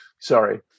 Sorry